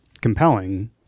compelling